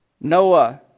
Noah